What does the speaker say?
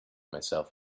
myself